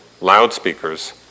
loudspeakers